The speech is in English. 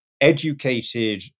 educated